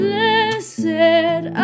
Blessed